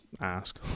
ask